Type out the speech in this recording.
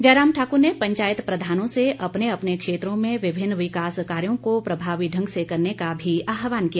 जयराम ठाक्र ने पंचायत प्रधानों से अपने अपने क्षेत्रों में विभिन्न विकास कार्यों को प्रभावी ढंग से करने का भी आहवान किया